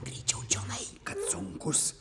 greičiau čionai sunkus